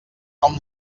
com